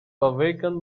awaken